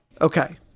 Okay